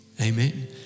Amen